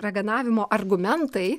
raganavimo argumentai